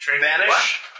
Vanish